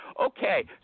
Okay